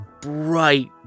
bright